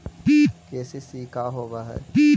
KCC का होव हइ?